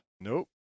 Nope